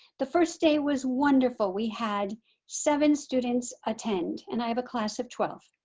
the first day was wonderful. we had seven students attend and i have a class of twelve.